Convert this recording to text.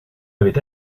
avait